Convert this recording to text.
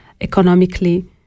economically